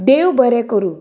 देव बरें करूं